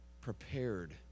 prepared